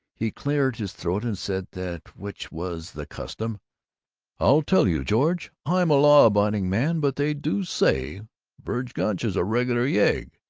he cleared his throat and said that which was the custom i'll tell you, george i'm a law-abiding man, but they do say verg gunch is a regular yegg,